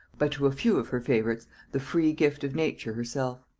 but to a few of her favorites the free gift of nature herself.